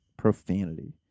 profanity